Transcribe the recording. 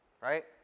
right